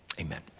amen